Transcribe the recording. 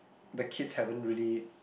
the kids haven't really